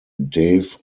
dave